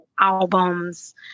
Albums